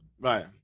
Right